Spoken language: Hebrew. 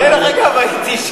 דרך אגב, הייתי שם.